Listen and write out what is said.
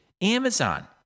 amazon